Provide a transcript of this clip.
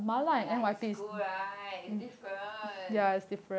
ya in school right is different